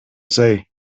say